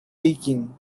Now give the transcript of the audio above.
leaking